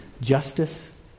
Justice